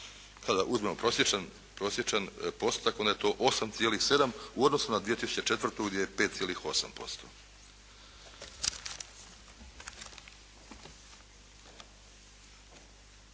Kada uzmemo prosječan postotak onda je to 8,7 u odnosu na 2004. gdje je 5,8%.